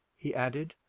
he added,